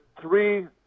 three